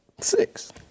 Six